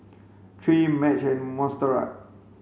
Trae Madge and Montserrat